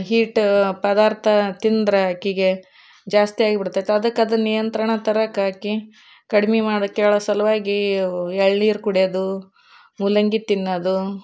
ಹೀಟ ಪದಾರ್ಥ ತಿಂದರೆ ಆಕೆಗೆ ಜಾಸ್ತಿ ಆಗಿಬಿಡ್ತೈತಿ ಅದಕ್ಕೆ ಅದು ನಿಯಂತ್ರಣ ತರಕ್ಕೆ ಆಕೆ ಕಡಿಮೆ ಮಾಡ್ಕಳೋ ಸಲುವಾಗಿ ಎಳ್ನೀರು ಕುಡಿಯೋದು ಮೂಲಂಗಿ ತಿನ್ನೋದು